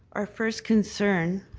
our first concern